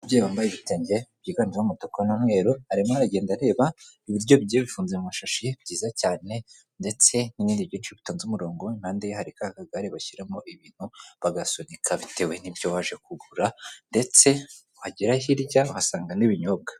Umubyeyi wambaye ibitenge byiganjemo umutuku n'umweru arimo aragenda areba ibiryo bye bifunze mu mashashi byiza cyane ndetse n'ibindi byinshi bitonze umurongo, impande ye hari ka kagare bashyiramo ibintu bagasunika bitewe ntibyo baje kugura ndetse bagera hirya uhasanga n'ibinyobwa.